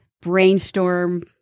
brainstorm